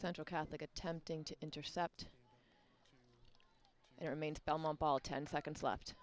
central catholic attempting to intercept and remains belmont ball ten seconds left